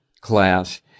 class